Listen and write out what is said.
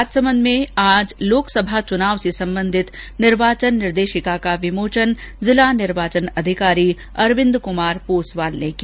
राजसमंद में आज लोकसभा चुनाव से संबंधित निर्वाचन निर्देशिका का विमोचन जिला निर्वाचन अधिकारी अरविंद कुमार पोसवाल ने किया